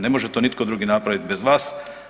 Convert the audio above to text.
Ne može to nitko drugi napraviti bez vas.